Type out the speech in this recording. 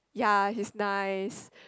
ya he's nice